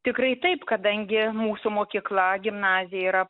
tikrai taip kadangi mūsų mokykla gimnazija yra